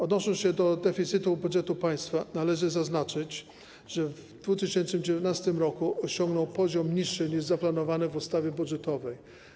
Odnosząc się do deficytu budżetu państwa, należy zaznaczyć, że w 2019 r. osiągnął on poziom niższy niż zaplanowany w ustawie budżetowej.